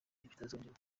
bitazongera